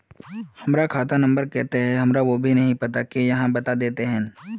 हमर खाता नम्बर केते है हमरा वो भी नहीं पता की आहाँ हमरा बता देतहिन?